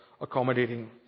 accommodating